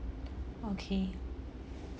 okay